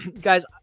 guys